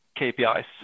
KPIs